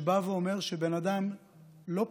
שבא ואומר שבן אדם לא פשע,